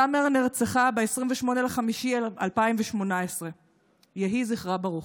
סאמר נרצחה ב-28 במאי 2018. יהי זכרה ברוך.